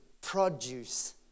produce